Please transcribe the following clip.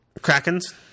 Krakens